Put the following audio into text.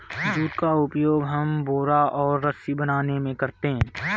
jute का उपयोग हम बोरा और रस्सी बनाने में करते हैं